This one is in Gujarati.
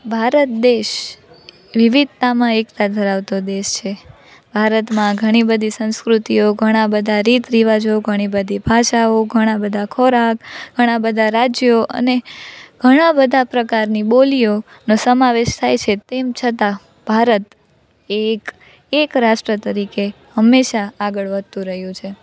ભારત દેશ વિવિધતામાં એકતા ધરાવતો દેશ છે ભારતમાં ઘણી બધી સંસ્કૃતિઓ ઘણા બધા રીતરિવાજો ઘણી બધી ભાષાઓ ઘણા બધા ખોરાક ઘણાં બધાં રાજ્યો અને ઘણાં બધાં પ્રકારની બોલીઓનો સમાવેશ થાય છે તેમ છતાં ભારત એક એક રાષ્ટ્ર તરીકે હંમેશા આગળ વધતું રહ્યું છે